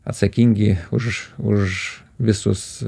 atsakingi už už visus